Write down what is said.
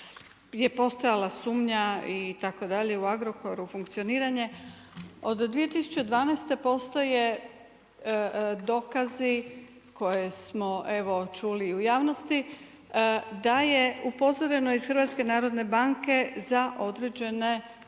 je postojala sumnja itd. u Agrokoru funkcioniranje. Od 2012. postoje dokazi koje smo evo čuli i u javnosti da je upozoreno iz Hrvatske narodne banke za određene